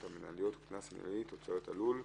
המנהליות (קנס מינהלי תוצרת הלול),